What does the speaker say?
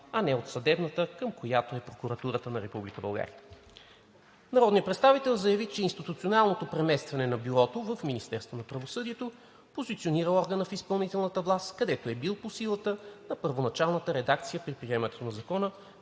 а не от съдебната, към която е Прокуратурата на Република България. Народният представител заяви, че институционалното преместване на Бюрото в Министерството на правосъдието позиционира органа в изпълнителната власт, където е бил по силата на първоначалната редакция при приемането на Закона